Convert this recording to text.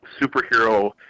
superhero